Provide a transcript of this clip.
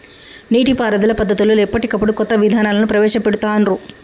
నీటి పారుదల పద్దతులలో ఎప్పటికప్పుడు కొత్త విధానాలను ప్రవేశ పెడుతాన్రు